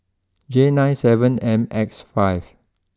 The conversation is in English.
J nine seven M X five